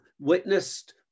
witnessed